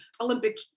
Olympic